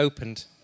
opened